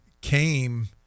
came